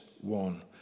one